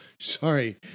sorry